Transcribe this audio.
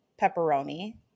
pepperoni